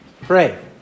Pray